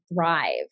thrive